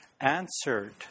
answered